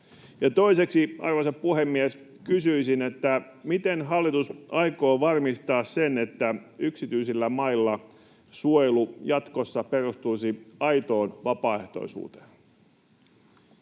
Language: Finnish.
Toiseksi, arvoisa puhemies, kysyisin: miten hallitus aikoo varmistaa, että yksityisillä mailla suojelu jatkossa perustuisi aitoon vapaaehtoisuuteen?